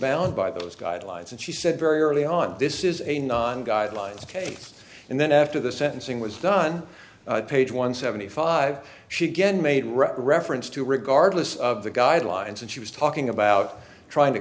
bound by those guidelines and she said very early on this is a non guidelines case and then after the sentencing was done page one seventy five she get made right reference to regardless of the guidelines and she was talking about trying to